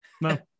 No